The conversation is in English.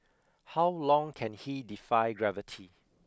how long can he defy gravity